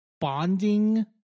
bonding